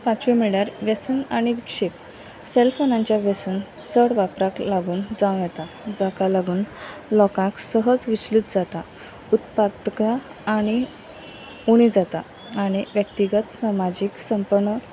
पांचवी म्हळ्यार व्यसन आनी विक्षेप सेल्फोनाचे व्यसन चड वापराक लागून जावं येता जाका लागून लोकांक सहज विश्लीत जाता उत्पादका आनी उणी जाता आनी व्यक्तीगत सामाजीक संप्न